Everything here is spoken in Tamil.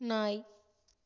நாய்